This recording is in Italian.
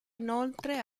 inoltre